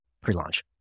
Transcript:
pre-launch